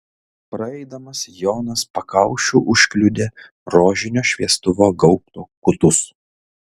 praeidamas jonas pakaušiu užkliudė rožinio šviestuvo gaubto kutus